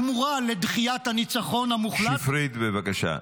שפרית, בבקשה.